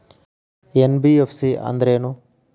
NBFC ಅಂದ್ರೇನು?